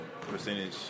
percentage